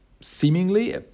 seemingly